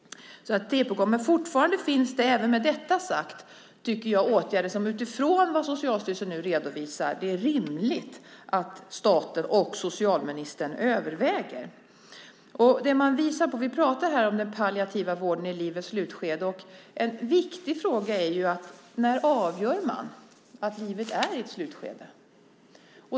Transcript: Så det är på gång. Men även med detta sagt tycker jag att det fortfarande finns åtgärder som, utifrån vad Socialstyrelsen nu redovisar, det är rimligt att staten och socialministern överväger. Vi talar här om den palliativa vården i livets slutskede. En viktig fråga är: När avgör man att livet är i ett slutskede?